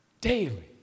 Daily